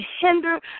hinder